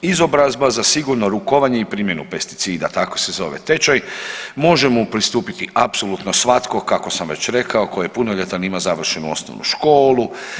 Izobrazba za sigurno rukovanje i primjenu pesticida, tako se zove tečaj, može mu pristupiti apsolutno svatko kako sam već rekao koji je punoljetan i ima završenu osnovnu školu.